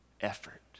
effort